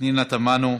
פנינה תמנו,